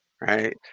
right